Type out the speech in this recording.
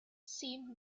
seem